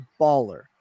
baller